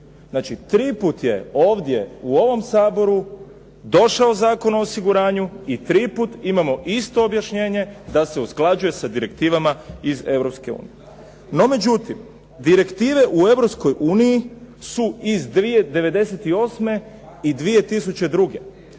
Znači triput je ovdje u ovom Saboru došao Zakon o osiguranju i triput imamo isto objašnjenje da se usklađuje sa direktivama iz Europske unije. No međutim direktive u Europskoj uniji